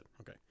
Okay